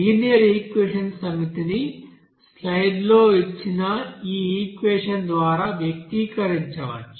linear equations సమితిని స్లైడ్లలో ఇచ్చిన ఈ ఈక్వెషన్ ద్వారా వ్యక్తీకరించవచ్చు